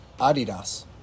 Adidas